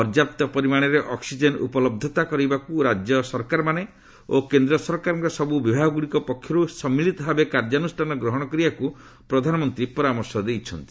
ପର୍ଯ୍ୟାପ୍ତ ପରିମାଣରେ ଅକୁଜେନ୍ ଉପଲହ୍ଧତା କରିବାକୁ ରାଜ୍ୟ ସରକାରମାନେ ଓ କେନ୍ଦ୍ର ସରକାରଙ୍କର ସବୁ ବିଭାଗ ଗୁଡ଼ିକ ପକ୍ଷରୁ ସମ୍ମିଳୀତ ଭାବେ କାର୍ଯ୍ୟାନୁଷ୍ଠାନ ଗ୍ରହଣ କରିବାକୁ ପ୍ରଧାନମନ୍ତ୍ରୀ ପରାମର୍ଶ ଦେଇଛନ୍ତି